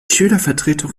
schülervertretung